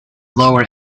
lower